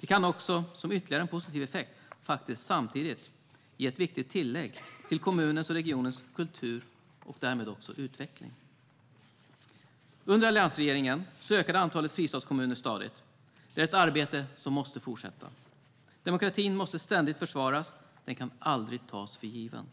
Det kan också, som ytterligare en positiv effekt, ge ett viktigt tillägg till kommunens och regionens kultur och utveckling. Under alliansregeringen ökade antalet fristadskommuner stadigt. Det är ett arbete som måste fortsätta. Demokratin måste ständigt försvaras. Den kan aldrig tas för given.